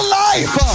life